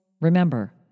remember